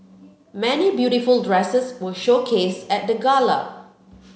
many beautiful dresses were showcased at the gala